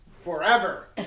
forever